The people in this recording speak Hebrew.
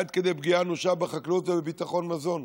עד כדי פגיעה אנושה בחקלאות ובביטחון מזון.